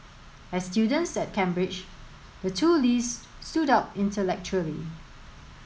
as students at Cambridge the two Lees stood out intellectually